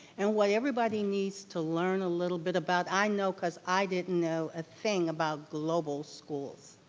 and why everybody needs to learn a little bit about, i know, cause i didn't know a thing about global schools.